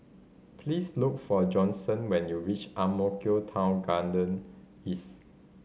please look for Johnson when you reach Ang Mo Kio Town Garden East